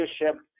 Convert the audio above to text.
leadership